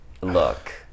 look